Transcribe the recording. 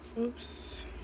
Oops